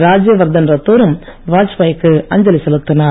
ராஜ்யவர்தன் ரத்தோரும் வாஜ்பாய்க்கு அஞ்சலி செலுத்தினார்